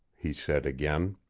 he said again.